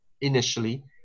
initially